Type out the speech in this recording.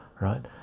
right